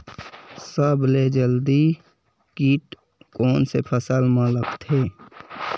सबले जल्दी कीट कोन से फसल मा लगथे?